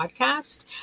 podcast